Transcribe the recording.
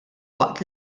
waqt